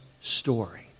story